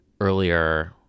earlier